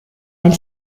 nel